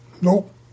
Nope